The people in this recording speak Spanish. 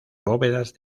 bóvedas